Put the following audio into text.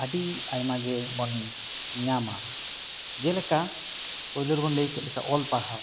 ᱟᱹᱰᱤ ᱟᱭᱢᱟ ᱜᱮ ᱵᱚᱱ ᱧᱟᱢᱟ ᱡᱮ ᱞᱮᱠᱟ ᱯᱳᱭᱞᱳ ᱨᱮᱵᱚᱱ ᱞᱟᱹᱭ ᱠᱮᱫ ᱞᱮᱠᱟ ᱚᱞ ᱯᱟᱲᱦᱟᱣ